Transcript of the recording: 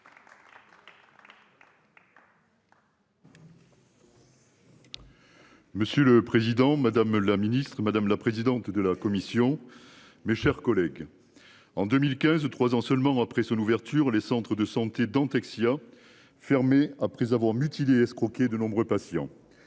Monsieur le président, madame la ministre, madame la présidente de la commission. Mes chers collègues. En 2015, 3 ans seulement après son ouverture, les centres de santé Dentexia. Fermé après avoir mutilé. De nombreux patients.